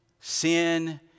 sin